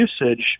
usage